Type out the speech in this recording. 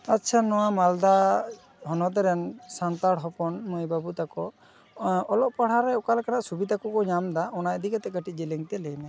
ᱟᱪᱪᱷᱟ ᱱᱚᱣᱟ ᱢᱟᱞᱫᱟ ᱦᱚᱱᱚᱛᱨᱮᱱ ᱥᱟᱱᱛᱟᱲ ᱦᱚᱯᱚᱱ ᱢᱟᱹᱭᱼᱵᱟᱹᱵᱩ ᱛᱟᱠᱚ ᱚᱞᱚᱜ ᱯᱟᱲᱦᱟᱣᱨᱮ ᱚᱠᱟ ᱞᱮᱠᱟᱱᱟᱜ ᱥᱩᱵᱤᱛᱟᱠᱚᱠᱚ ᱧᱟᱢᱮᱫᱟ ᱚᱱᱟ ᱤᱫᱤ ᱠᱟᱛᱮᱫ ᱠᱟᱹᱴᱤᱡ ᱡᱮᱞᱮᱧᱛᱮ ᱞᱟᱹᱭᱢᱮ